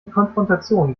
konfrontation